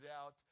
out